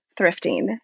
thrifting